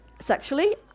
sexually